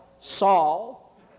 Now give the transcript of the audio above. Saul